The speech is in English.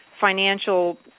financial